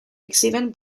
exhiben